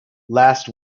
last